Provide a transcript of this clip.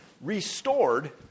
restored